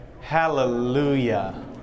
Hallelujah